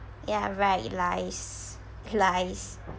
ya right lies lies